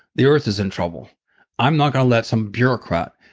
the earth is in trouble i'm not going to let some bureaucrat.